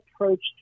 approached